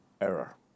error